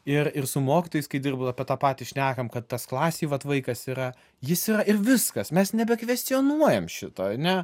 ir ir su mokytojais kai dirbu apie tą patį šnekam kad tas klasėj vat vaikas yra jis yra ir viskas mes nebekvestionuojam šito ane